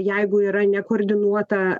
jeigu yra nekoordinuota